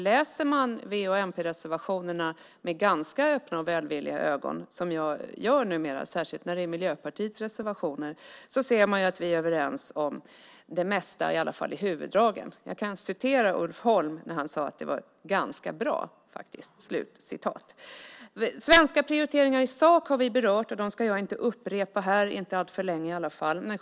Läser man v och mp-reservationerna med ganska öppna ögon och ganska välvilligt - som jag numera gör, särskilt när det gäller Miljöpartiets reservationer - ser man att vi är överens om det mesta, i alla fall sett till huvuddragen. Ulf Holm sade att det är "ganska bra". Svenska prioriteringar i sak har vi berört, så jag ska inte upprepa dem. I alla fall ska jag inte alltför länge uppehålla mig vid detta.